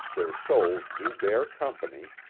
their souls do bear company,